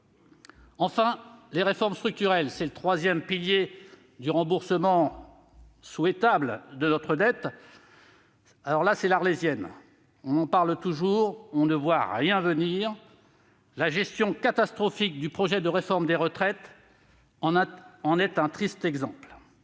dire des réformes structurelles, troisième pilier du remboursement souhaitable de notre dette, sinon que c'est l'Arlésienne dont on parle toujours et que l'on ne voit jamais venir ? La gestion catastrophique du projet de réforme des retraites en est un triste exemple.